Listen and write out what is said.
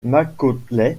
macaulay